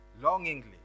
longingly